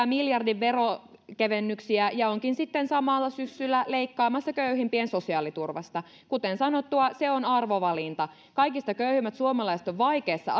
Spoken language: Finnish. miljardin veronkevennyksiä ja onkin sitten samaan syssyyn leikkaamassa köyhimpien sosiaaliturvasta kuten sanottua se on arvovalinta kaikista köyhimmät suomalaiset ovat vaikeassa